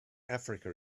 africa